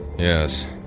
Yes